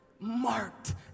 marked